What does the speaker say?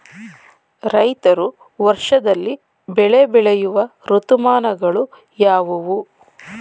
ರೈತರು ವರ್ಷದಲ್ಲಿ ಬೆಳೆ ಬೆಳೆಯುವ ಋತುಮಾನಗಳು ಯಾವುವು?